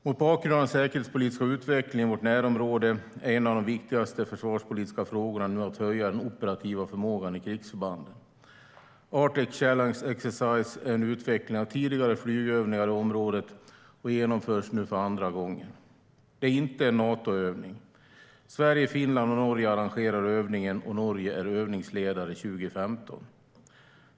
Mot bakgrund av den säkerhetspolitiska utvecklingen i vårt närområde är en av de viktigaste försvarspolitiska frågorna nu att höja den operativa förmågan i krigsförbanden. Arctic Challenge Exercise är en utveckling av tidigare flygövningar i området och genomförs nu för andra gången. Det är inte en Natoövning. Sverige, Finland och Norge arrangerar övningen, och Norge är övningsledare 2015.